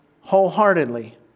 wholeheartedly